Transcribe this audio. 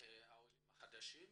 העולים החדשים,